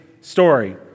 story